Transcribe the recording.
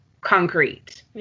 concrete